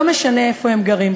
לא משנה איפה הם גרים.